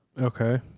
Okay